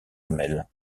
femelles